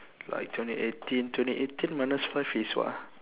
like twenty eighteen twenty eighteen minus five is what ah